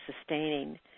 sustaining